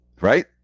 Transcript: Right